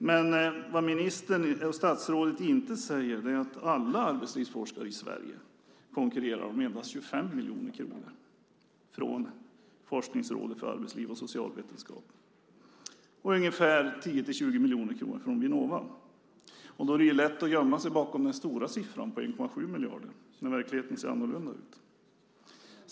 Men vad statsrådet inte säger är att alla arbetslivsforskare i Sverige konkurrerar om endast 25 miljoner kronor från Forskningsrådet för arbetsliv och socialvetenskap och ungefär 10-20 miljoner kronor från Vinnova. Då är det ju lätt att gömma sig bakom den stora siffran på 1,7 miljarder, som i verkligheten ser annorlunda ut.